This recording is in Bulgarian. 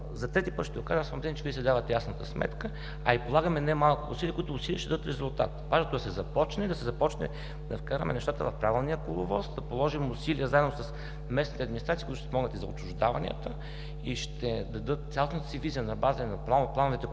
За трети път ще го кажа, аз съм убеден, че си давате ясна сметка, а и полагаме не малко усилия, които ще дадат резултат. Важното е да се започне, да вкараме нещата в правилния коловоз, да положим усилия заедно с местните администрации, които ще помогнат за отчуждаванията и ще дадат цялостната си визия на база и на плановете,